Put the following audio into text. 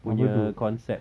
punya concept